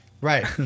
Right